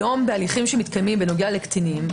היום בהליכים שמתקיימים בנוגע לקטינים,